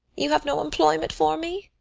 you have no employment for me?